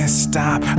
stop